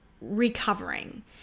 recovering